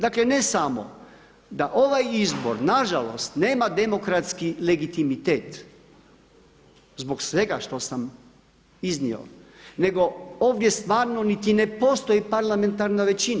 Dakle ne samo da ovaj izbor nažalost nema demokratski legitimitet zbog svega što sam iznio nego ovdje stvarno niti ne postoji parlamentarna većina.